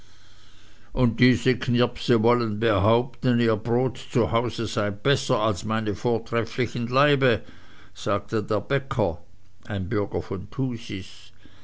und diese knirpse wollen behaupten ihr brot zu hause sei besser als meine vortrefflichen laibe sagte der bäcker ein bürger von thusis